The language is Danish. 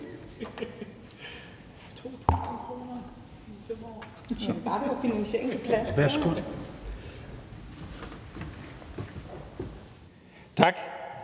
Tak